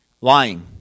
lying